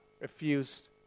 refused